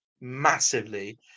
massively